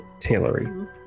tailory